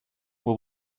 what